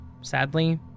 Sadly